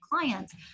clients